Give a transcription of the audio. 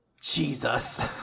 Jesus